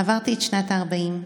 // עברתי את שנת הארבעים.